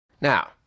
Now